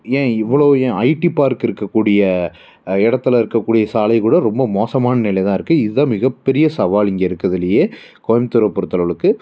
ஏன் இவ்வளோ ஏன் ஐடி பார்க் இருக்கக்கூடிய இடத்துல இருக்கக்கூடிய சாலை கூட ரொம்ப மோசமான நிலை தான் இருக்குது இது தான் மிகப்பெரிய சவால் இங்கே இருக்கறதுலேயே கோயம்புத்தூரை பொருத்த அளவுக்கு